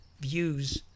views